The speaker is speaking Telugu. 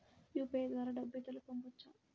యూ.పీ.ఐ ద్వారా డబ్బు ఇతరులకు పంపవచ్చ?